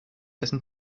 dessen